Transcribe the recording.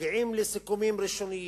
מגיעים לסיכומים ראשוניים,